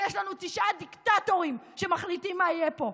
כי יש לנו תשעה דיקטטורים שמחליטים מה יהיה פה.